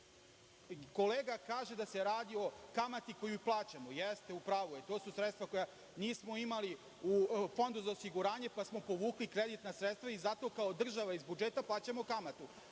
stopu. Kolega kaže da se radi o kamati koju plaćamo. Jeste, u pravu je, to su sredstva koja nismo imali u Fondu za osiguranje, pa smo povukli kreditna sredstva i zato kao država iz budžeta plaćamo kamatu.